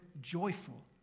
joyful